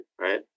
right